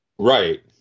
Right